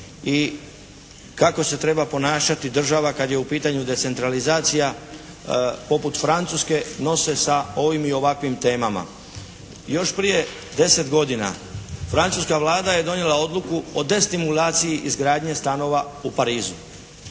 i kako se treba ponašati država kad je u pitanju decentralizacija poput Francuske, nose sa ovim i ovakvim temama. Još prije deset godina, francuska Vlada je donijela odluku o destimulaciji izgradnje stanova u Parizu.